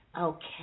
Okay